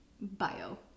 bio